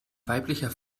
weiblicher